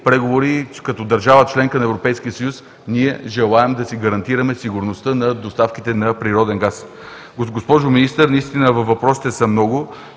преговори. Като държава – членка на Европейския съюз, ние желаем да си гарантираме сигурността на доставките на природен газ. Госпожо Министър, въпросите са много,